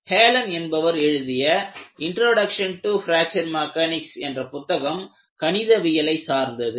Helen என்பவர் எழுதிய "introduction to fracture mechanics என்ற புத்தகம் கணிதவியலை சார்ந்தது